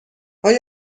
آیا